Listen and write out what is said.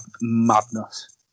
madness